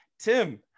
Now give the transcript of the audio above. Tim